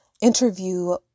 interview